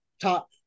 top